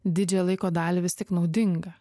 didžiąją laiko dalį vis tik naudinga